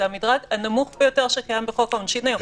המדרג הנמוך ביותר שקיים בחוק העונשין היום.